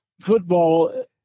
Football